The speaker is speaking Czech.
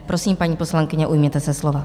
Prosím, paní poslankyně, ujměte se slova.